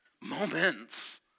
moments